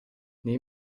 nei